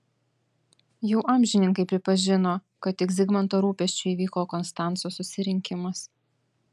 jau amžininkai pripažino kad tik zigmanto rūpesčiu įvyko konstanco susirinkimas